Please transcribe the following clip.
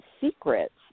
secrets